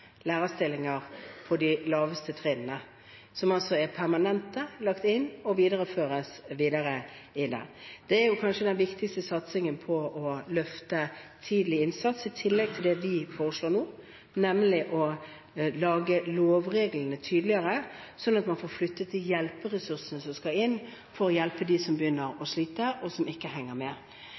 lærerstillinger for de laveste trinnene. De er altså permanente, de er lagt inn og videreføres. Det er kanskje den viktigste satsingen på å løfte tidlig innsats, i tillegg til det vi foreslår nå, nemlig å gjøre lovreglene tydeligere, slik at man får flyttet de hjelperessursene som skal inn for å hjelpe dem som begynner å slite, og som ikke henger med.